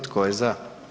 Tko je za?